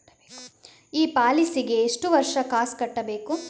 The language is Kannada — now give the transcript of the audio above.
ಈ ಪಾಲಿಸಿಗೆ ಎಷ್ಟು ವರ್ಷ ಕಾಸ್ ಕಟ್ಟಬೇಕು?